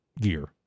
Gear